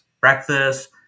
breakfast